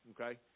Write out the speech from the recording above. Okay